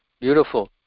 beautiful